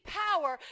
power